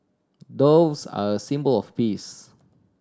doves are a symbol of peace